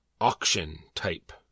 auction-type